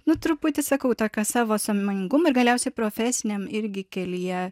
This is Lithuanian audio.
nu truputį sakau tą ką savo sąmoningumo ir galiausiai profesiniam irgi kelyje